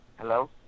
Hello